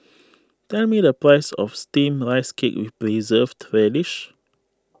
tell me the price of Steamed Rice Cake with Preserved Radish